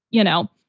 you know,